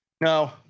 No